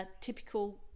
typical